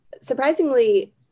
surprisingly